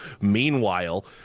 Meanwhile